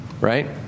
right